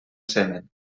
semen